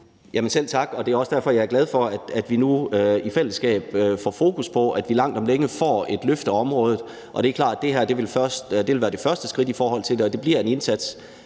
selv tak. Det er jo også derfor, jeg er glad for, at vi nu i fællesskab får fokus på, at vi langt om længe får et løft af området. Det er klart, at det her vil være det første skridt, og at det bliver en indsats,